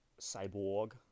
Cyborg